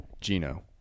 Gino